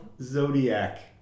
Zodiac